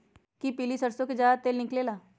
कि पीली सरसों से ज्यादा तेल निकले ला?